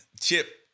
Chip